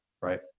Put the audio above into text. right